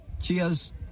Cheers